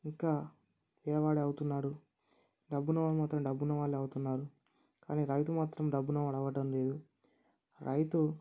ఇంకా పేదవాడే అవుతున్నాడు డబ్బున్న వాళ్ళు మాత్రం డబ్బున్నవారే అవుతున్నారు కానీ రైతు మాత్రం డబ్బున్నవాడు అవ్వడం లేదు రైతు